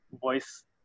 voice